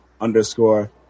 underscore